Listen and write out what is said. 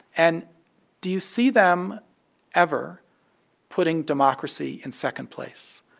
and do you see them ever putting democracy in second place?